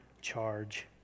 charge